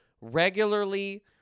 regularly